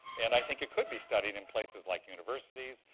and i think it could be studied in places like universities,